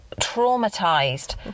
traumatized